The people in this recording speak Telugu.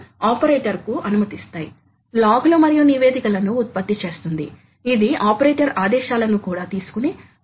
కాబట్టి అవి మోటార్లు సాధారణంగా సర్వో మోటార్లు నడపబడతాయి ఇది DC BLDC DC BLDC లేదా కొన్నిసార్లు ఇండక్షన్ మోటార్లు కావచ్చు